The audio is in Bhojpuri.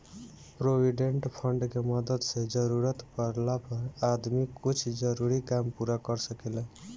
प्रोविडेंट फंड के मदद से जरूरत पाड़ला पर आदमी कुछ जरूरी काम पूरा कर सकेला